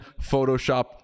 Photoshop